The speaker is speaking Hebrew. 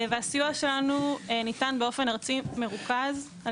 הסיוע שלנו ניתן באופן ארצי ומרוכז על